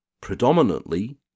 predominantly